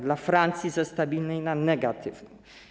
Dla Francji - ze stabilnej na negatywną.